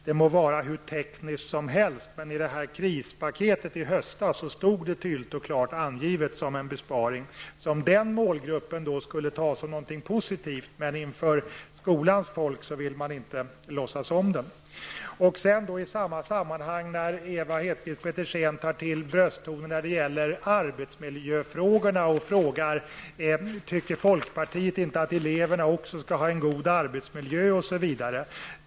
Det må vara hur tekniskt som helst, men i krispaket i höstas var pengarna tydligt och klart angivna som en besparing, som av målgruppen då skulle tas som något positivt. Men inför skolans folk vill man inte låtsats om den besparingen. Ewa Hedkvist Petersen tar sedan i samma sammanhang brösttoner när det gäller arbetsmiljöfrågorna och undrar om inte folkpartiet tycker att också eleverna också skall ha en god arbetsmiljö osv.